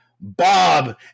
Bob